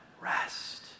rest